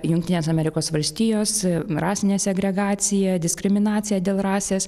jungtinės amerikos valstijos rasinė segregacija diskriminacija dėl rasės